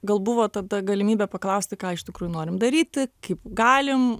gal buvo tada galimybė paklausti ką iš tikrųjų norim daryti kaip galim